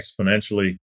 exponentially